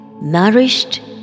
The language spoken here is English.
nourished